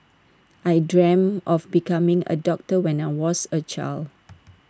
I dreamt of becoming A doctor when I was A child